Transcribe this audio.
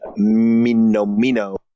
Minomino